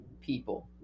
people